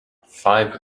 five